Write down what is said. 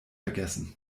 vergessen